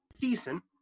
decent